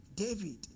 David